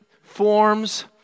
forms